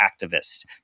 activist